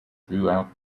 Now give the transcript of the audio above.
throughout